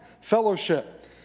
fellowship